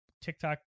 TikTok